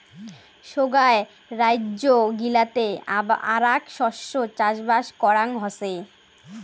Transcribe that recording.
সোগায় রাইজ্য গিলাতে আরাক শস্য চাষবাস করাং হসে